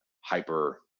hyper